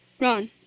Ron